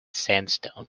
sandstone